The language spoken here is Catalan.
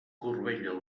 corbella